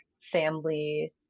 family